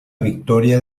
victoria